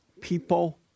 people